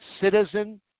Citizen